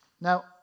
Now